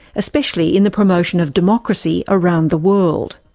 especially in the promotion of democracy around the world?